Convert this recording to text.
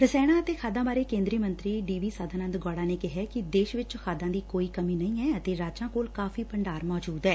ਰਸਾਇਣਾ ਅਤੇ ਖਾਂਦਾ ਬਾਰੇ ਕੇ'ਦਰੀ ਮੰਤਰੀ D V Sadananda Gowda ਨੇ ਕਿਹਾ ਕਿ ਦੇਸ਼ ਵਿਚ ਖਾਂਦਾ ਦੀ ਕੋਈ ਕਮੀ ਨਹੀਂ ਐ ਅਤੇ ਰਾਜਾਂ ਕੋਲ ਕਾਫੀ ਭੰਡਾਰ ਮੌਜੁਦ ਐ